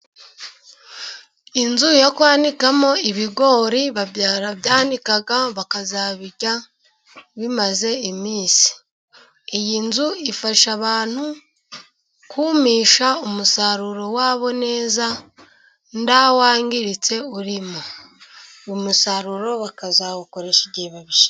Inzu yo kwanikamo ibigori, barabyanikaga bakazabirya bimaze iminsi, iyi nzu ifasha abantu kumisha umusaruro wabo neza, ntawangiritse urimo, umusaruro bakazawukoresha igihe babishaka.